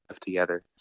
together